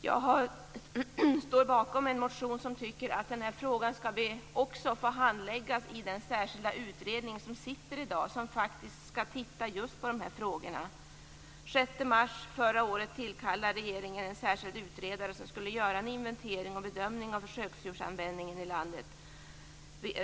Jag står bakom en motion om att den här frågan också skall handläggas i den särskilda utredning som arbetar i dag och som skall titta på just de här frågorna. Den 6 mars förra året tillkallade regeringen en särskild utredare som skulle göra en inventering och bedömning av försöksdjursanvändningen i landet.